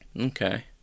Okay